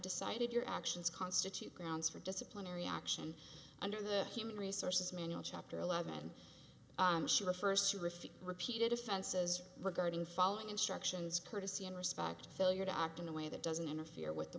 decided your actions constitute grounds for disciplinary action under the human resources manual chapter eleven i'm sure first to refute repeated offenses regarding following instructions courtesy and respect failure to act in a way that doesn't interfere with the